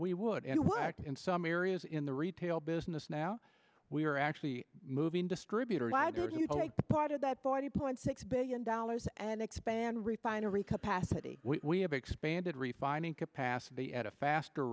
we would and in some areas in the retail business now we are actually moving distributor part of that forty point six billion dollars and expand refinery capacity we have expanded refining capacity at a faster